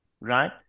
Right